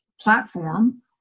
platform